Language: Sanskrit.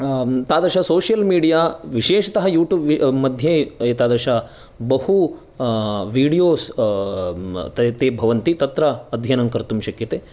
तादृश सोशयल् मिडिया विशेषतः यूट्यूब् मध्ये एतादृश बहु विडियोस् ते भवन्ति तत्र अध्ययनं कर्तुं शक्यते